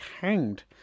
hanged